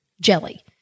jelly